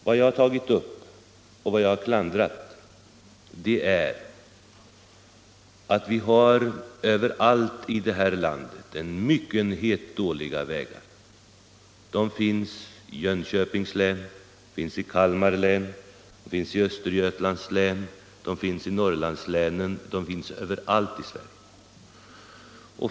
Vad jag har tagit upp och vad jag har klandrat är att vi här i landet har en myckenhet dåliga vägar — de finns i Jönköpings län, i Kalmar län, i Östergötlands län, i Norrlandslänen och överallt i Sverige.